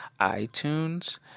iTunes